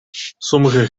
sommige